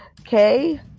okay